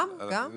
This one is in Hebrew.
גם, גם.